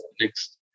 next